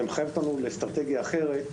זה מחייב אותנו לאסטרטגיה אחרת,